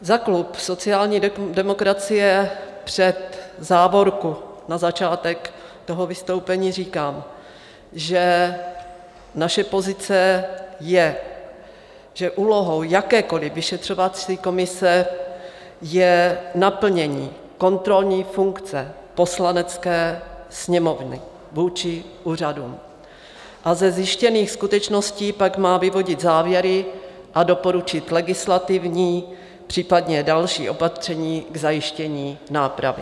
Za klub sociální demokracie před závorku na začátek vystoupení říkám, že naše pozice je, že úlohou jakékoli vyšetřovací komise je naplnění kontrolní funkce Poslanecké sněmovny vůči úřadům, a ze zjištěných skutečností pak má vyvodit závěry a doporučit legislativní, případně další opatření k zajištění nápravy.